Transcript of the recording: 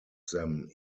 them